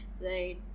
Right